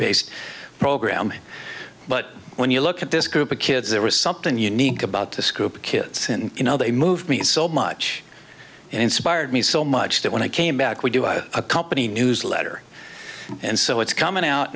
based program but when you look at this group of kids there was something unique about this group of kids and you know they moved me so much and inspired me so much that when i came back we do a company newsletter and so it's coming out